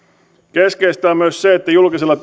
keskeistä on myös se että julkisella